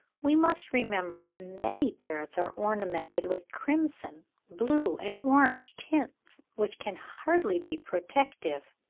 we must remember that many parrots are ornamented with crimson, blue, and orange tints, which can hardly be protective.